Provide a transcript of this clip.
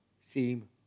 seem